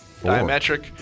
Diametric